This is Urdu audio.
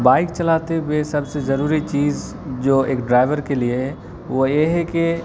بائیک چلاتے ہوئے سب سے ضروری چیز جو ایک ڈرائیور کے لیے ہے وہ یہ ہے کہ